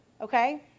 okay